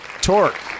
Torque